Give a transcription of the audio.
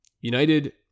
United